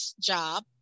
job